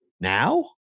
Now